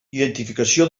identificació